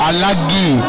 Alagi